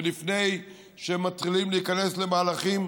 ולפני שמתחילים להיכנס למהלכים,